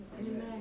Amen